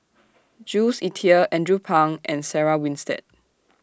Jules Itier Andrew Phang and Sarah Winstedt